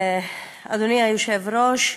אדוני היושב-ראש,